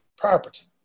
property